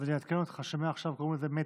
אז אני אעדכן אותך שמעכשיו קוראים לזה מטא.